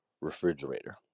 refrigerator